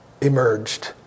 emerged